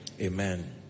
Amen